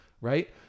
Right